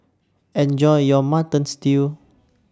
Enjoy your Mutton Stew